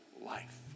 life